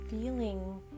feeling